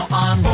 on